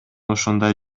ушундай